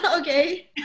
okay